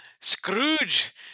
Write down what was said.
Scrooge